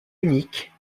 unique